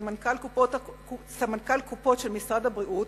סמנכ"ל קופות של משרד הבריאות,